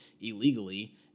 illegally